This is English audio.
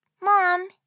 Mom